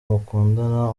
mukundana